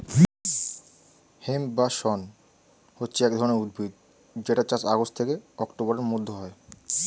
hemp বা শণ হচ্ছে এক ধরণের উদ্ভিদ যেটার চাষ আগস্ট থেকে অক্টোবরের মধ্যে হয়